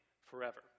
forever